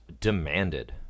demanded